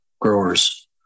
growers